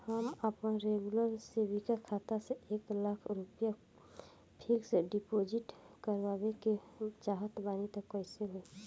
हम आपन regular saving खाता से एक लाख रुपया फिक्स डिपॉज़िट करवावे के चाहत बानी त कैसे होई?